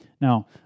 Now